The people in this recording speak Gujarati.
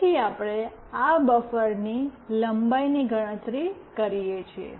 પછી આપણે આ બફરની લંબાઈની ગણતરી કરીએ છીએ